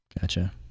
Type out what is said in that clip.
Gotcha